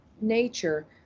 nature